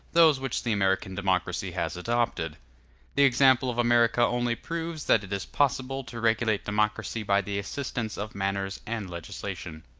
those which the american democracy has adopted the example of america only proves that it is possible to regulate democracy by the assistance of manners and legislation.